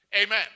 Amen